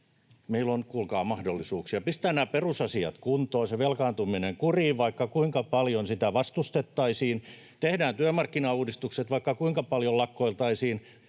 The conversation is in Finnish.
Meillä on, kuulkaa, mahdollisuuksia. Pistetään perusasiat kuntoon, velkaantuminen kuriin, vaikka kuinka paljon sitä vastustettaisiin. Tehdään työmarkkinauudistukset, vaikka kuinka paljon lakkoiltaisiin.